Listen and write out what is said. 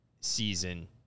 season